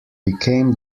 became